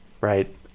Right